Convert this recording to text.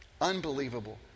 Unbelievable